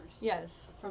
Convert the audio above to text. Yes